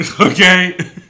Okay